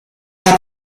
war